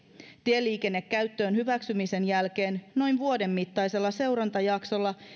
tieliikennekäyttöön hyväksymisen jälkeen noin vuoden mittaisella seurantajaksolla